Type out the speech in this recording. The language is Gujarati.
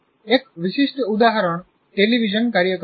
એક વિશિષ્ટ ઉદાહરણ ટેલિવિઝન કાર્યક્રમ છે